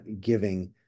giving